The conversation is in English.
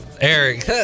Eric